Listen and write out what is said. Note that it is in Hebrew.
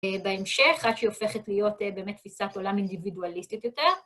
בהמשך, עד שהיא הופכת להיות באמת תפיסת עולם אינדיבידואליסטית יותר.